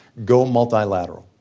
go multilateral.